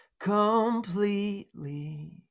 completely